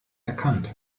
erkannt